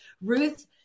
Ruth